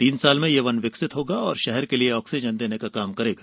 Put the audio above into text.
तीन साल में यह यन विकसित होगा और शहर के लिए ऑक्सीजन देने का काम करेगा